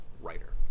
writer